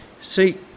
See